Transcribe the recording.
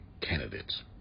candidates